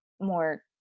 more